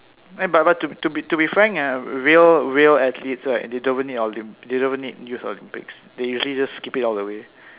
but but to be to be frank ah real real athletes right they don't even need Olymp~ they don't even need youth Olympics they usually just skip it all the way